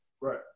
Right